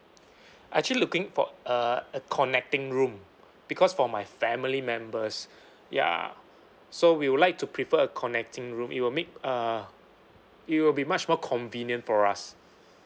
I actually looking for uh a connecting room because for my family members ya so we would like to prefer a connecting room it will make uh it will be much more convenient for us